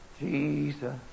Jesus